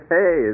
Hey